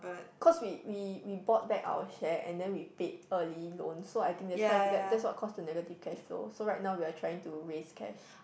cause we we we bought back our share and then we paid early loans so I think that's why that that's what caused the negative cashflow so right now we're trying to raise cash